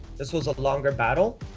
this was a longer battle.